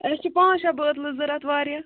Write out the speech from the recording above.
اسہِ چھِ پانٛژھ شےٚ بٲتلہٕ ضروٗرت واریاہ